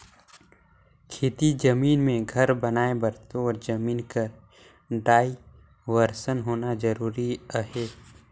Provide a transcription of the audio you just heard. खेती जमीन मे घर बनाए बर तोर जमीन कर डाइवरसन होना जरूरी अहे